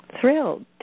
thrilled